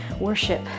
Worship